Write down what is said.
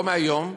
לא מהיום,